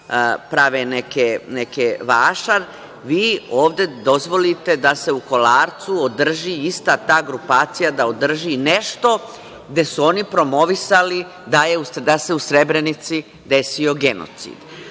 prave neki vašar, vi ovde dozvolite da se u Kolarcu održi, ista ta grupacija da održi nešto gde su oni promovisali da se u Srebrenici desio genocid. Dakle,